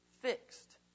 fixed